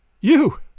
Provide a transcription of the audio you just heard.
You